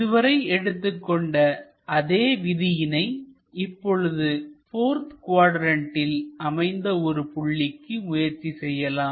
இதுவரை எடுத்துக் கொண்ட அதே விதியினை இப்பொழுது போர்த் குவாட்ரண்ட்டில் அமைந்த ஒரு புள்ளிக்கு முயற்சி செய்யலாம்